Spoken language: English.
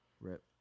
RIP